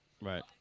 Right